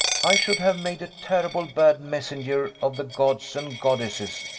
i should have made a terrible bad messenger of the gods and goddesses,